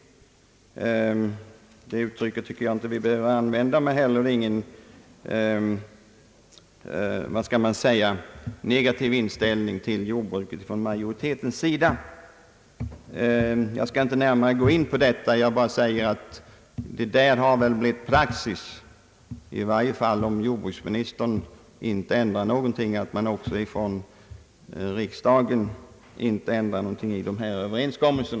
Uttrycket jordbruksfientlighet tycker jag inte att vi behöver använda, men han anser väl att det inte finns någon negativ inställning till jordbruket hos majoriteten. Jag skall inte närmare gå in på detta. Jag vill bara säga att det blivit praxis — i varje fall om inte jordbruksministern ändrat någonting — att inte riksdagen ändrar något i dessa överenskommelser.